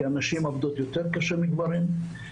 כי הנשים עובדות קשה יותר מגברים.